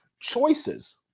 choices